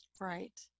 Right